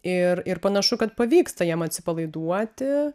ir ir panašu kad pavyksta jiem atsipalaiduoti